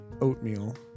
oatmeal